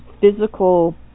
physical